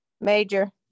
Major